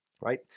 Right